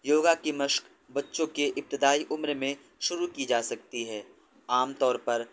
یوگا کی مشق بچوں کے ابتدائی عمر میں شروع کی جا سکتی ہے عام طور پر